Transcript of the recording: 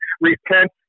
Repent